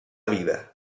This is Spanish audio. vida